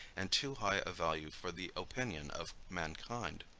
and too high a value for the opinion of mankind.